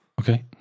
okay